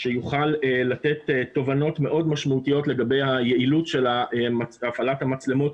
שיוכל לתת תובנות מאוד משמעותיות לגבי היעילות של הפעלת המצלמות